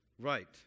Right